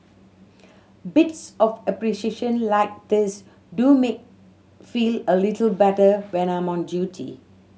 bits of appreciation like these do make feel a little better when I'm on duty